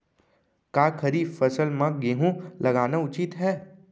का खरीफ फसल म गेहूँ लगाना उचित है?